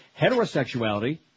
heterosexuality